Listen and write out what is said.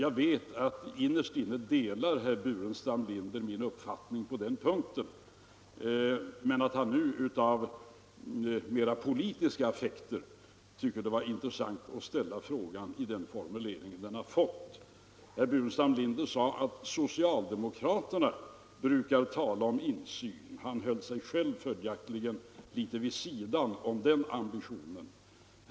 Jag vet att innerst inne delar herr Burenstam Linder min uppfattning på den punkten men att han nu av mera politiska affekter tyckte det var intressant att ställa frågan i den formulering den har fått. Herr Burenstam Linder sade att socialdemokraterna brukar tala om insyn. Han höll sig själv följaktligen litet vid sidan om den ambitionen.